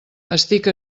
estic